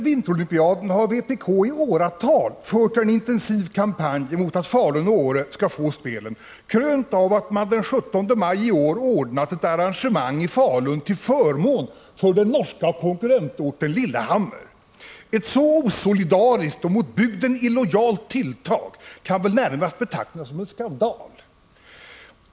Vpk har i åratal fört en intensiv kampanj mot att Falun och Åre skall få de olympiska vinterspelen, krönt av att man den 17 maj ordnade ett arragemang i Falun till förmån för den norska konkurrentorten Lillehammer. Ett så osolidariskt och mot bygden illojalt tilltag kan väl närmast betraktas som en skandal.